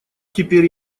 теперь